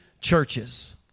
churches